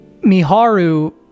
miharu